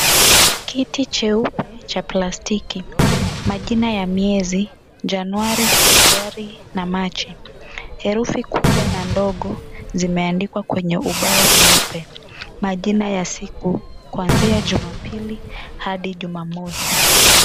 Kiti jeupe cha plastiki, majina ya miezi; Januari, Februari na machi. Herufi kubwa na ndogo zimeandikwa kwenye ubao mweupe. Majina ya siku kuanzia Jumapili hadi Jumamosi.